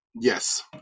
Yes